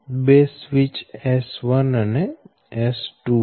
બે switch S1 અને S2 છે